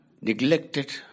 neglected